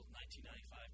1995